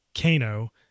Kano